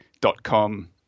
dot-com